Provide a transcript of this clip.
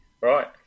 Right